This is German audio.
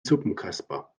suppenkasper